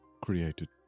created